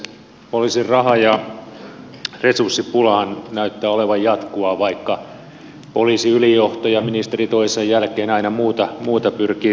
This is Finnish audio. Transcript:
poliisin raha ja resurssipulahan näyttää olevan jatkuvaa vaikka poliisiylijohtaja ja ministeri toisensa jälkeen aina muuta pyrkivät todistamaan